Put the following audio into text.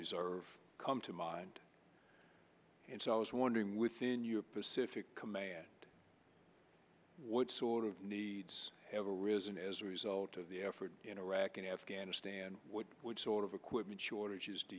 reserve come to mind and so i was wondering within your pacific command what sort of needs ever arisen as a result of the effort in iraq and afghanistan what sort of equipment shortages do